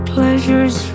Pleasures